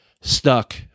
stuck